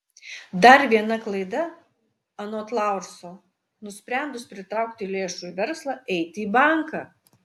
dar viena klaida anot laurso nusprendus pritraukti lėšų į verslą eiti į banką